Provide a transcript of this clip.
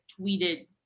tweeted